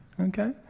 Okay